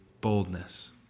boldness